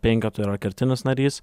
penketo yra kertinis narys